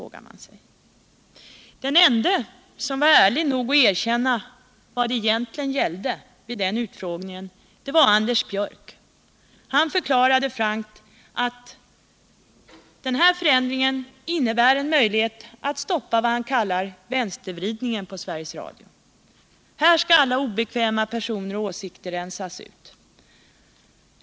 Den ende som var ärlig nog att erkänna vad det egentligen gällde var Anders Björck. Han förklarade frankt att denna förändring innebär en möjlighet att stoppa vad han kallade vänstervridningen på Sveriges Radio. Här skall alla obekväma personer och åsikter rensas ut.